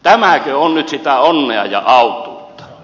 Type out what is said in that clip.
tämäkö on nyt sitä onnea ja autuutta